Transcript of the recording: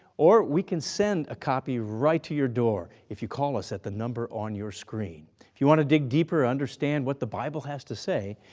or we can send a copy right to your door if you call us at the number on your screen. if you want to dig deeper or understand what the bible has to say,